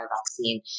vaccine